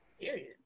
Period